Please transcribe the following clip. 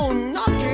ah knock